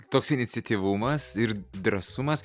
toks iniciatyvumas ir drąsumas